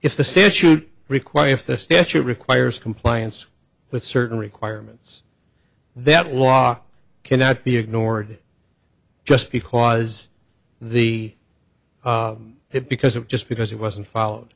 statute requires the statute requires compliance with certain requirements that law cannot be ignored just because the have because of just because it wasn't followed